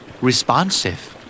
Responsive